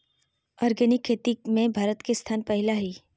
organic खेती में भारत के स्थान पहिला हइ